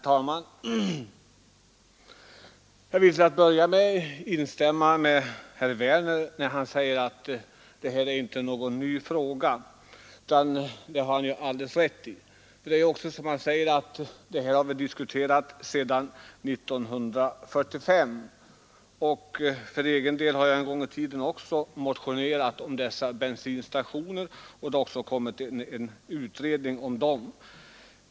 Herr talman! Jag vill till att börja med instämma med herr Werner i Tyresö när han säger att det här är inte någon ny fråga. Det har han alldeles rätt i — det är som han säger, att detta har vi diskuterat sedan 1945. Och för egen del har jag en gång i tiden motionerat om bensinstationerna, och det har gjorts en utredning om dem.